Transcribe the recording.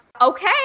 okay